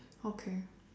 okay